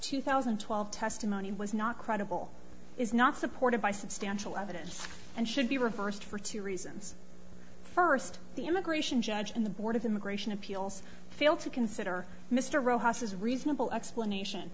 two thousand and twelve testimony was not credible is not supported by substantial evidence and should be reversed for two reasons first the immigration judge and the board of immigration appeals fail to consider mr rojas as reasonable explanation